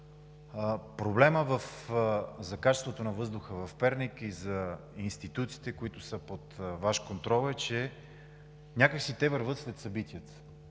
проблемът за качеството на въздуха в Перник и за институциите, които са под Ваш контрол, е, че някак си те вървят след събитията.